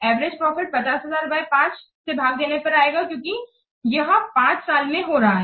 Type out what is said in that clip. average profit 50000 को 5 से भाग देने पर आएगा क्योंकि यह 5 साल में हो रहा है